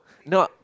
no